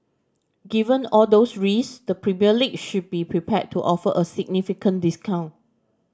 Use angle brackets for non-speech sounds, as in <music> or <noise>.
given all those risk the <unintelligible> League should be prepared to offer a significant discount